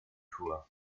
poor